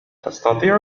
تستطيع